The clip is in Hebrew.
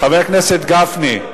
חבר הכנסת גפני,